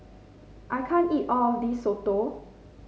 I can't eat all of this soto